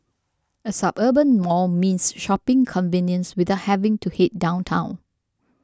a suburban mall means shopping convenience without having to head downtown